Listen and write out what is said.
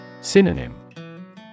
Synonym